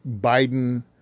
biden